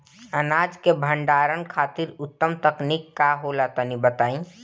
अनाज के भंडारण खातिर उत्तम तकनीक का होला तनी बताई?